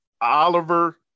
Oliver